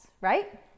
right